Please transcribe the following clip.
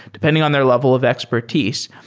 depending on their level of expertise.